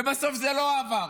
ובסוף זה לא עבר.